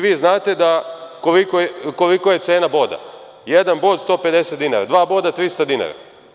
Vi znate kolika je cena boda - jedan bod 150 dinara, dva boda 300 dinara.